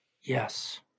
Yes